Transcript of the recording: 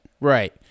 right